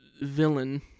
villain